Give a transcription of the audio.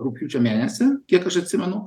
rugpjūčio mėnesį kiek aš atsimenu